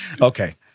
Okay